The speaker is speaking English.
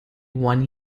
one